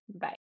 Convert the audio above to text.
Bye